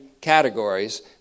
categories